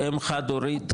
אם חד-הורית,